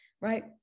right